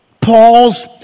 Paul's